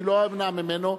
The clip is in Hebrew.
אני לא אמנע ממנו,